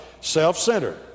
self-centered